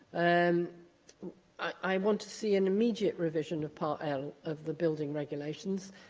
um i want to see an immediate revision of part l of the building regulations.